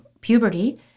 puberty